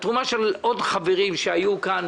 כך גם התרומה של חברים נוספים שהיו כאן